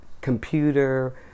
computer